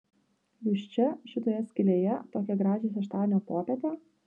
jūs čia šitoje skylėje tokią gražią šeštadienio popietę